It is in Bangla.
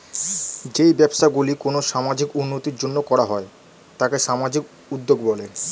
যেই ব্যবসাগুলি কোনো সামাজিক উন্নতির জন্য করা হয় তাকে সামাজিক উদ্যোগ বলে